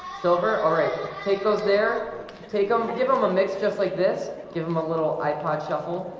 silver. all right take those there take them and give them a mix just like this give them a little ipod shuffle